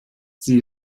sie